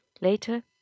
Later